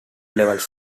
levels